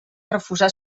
refusar